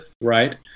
right